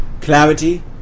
clarity